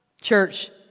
Church